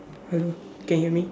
hello can hear me